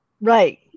Right